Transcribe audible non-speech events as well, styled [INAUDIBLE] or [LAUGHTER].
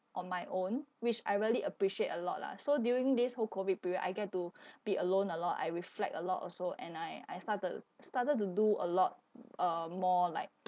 on my own which I really appreciate a lot lah so during this whole COVID period I get to [BREATH] be alone a lot I reflect a lot also and I I started started to do a lot uh more like